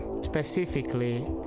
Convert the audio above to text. specifically